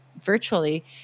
virtually